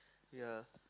ya